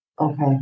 Okay